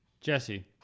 Jesse